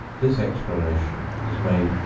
this explanation is made,